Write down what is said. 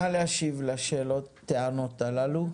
נא להשיב לטענות הללו.